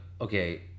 okay